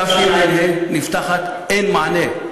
תשע"ה נפתחת, אין מענה.